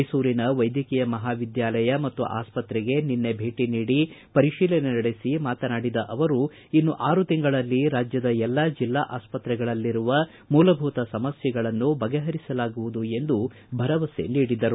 ಮೈಸೂರಿನ ವೈದ್ಯಕೀಯ ಮಹಾವಿದ್ಯಾಲಯ ಮತ್ತು ಆಸ್ಪತ್ರೆಗೆ ನಿನ್ನೆ ಭೇಟಿ ನೀಡಿ ಪರಿಶೀಲನೆ ನಡೆಸಿ ಮಾತನಾಡಿದ ಅವರು ಇನ್ನು ಆರು ತಿಂಗಳಲ್ಲಿ ರಾಜ್ಯದ ಎಲ್ಲಾ ಜಿಲ್ಲಾ ಆಸ್ಪತ್ರೆಗಳಲ್ಲಿರುವ ಮೂಲಭೂತ ಸಮಸ್ಯೆಗಳನ್ನು ಬಗೆಹರಿಸಲಾಗುವುದು ಎಂದು ಭರವಸೆ ನೀಡಿದರು